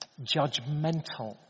judgmental